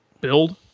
build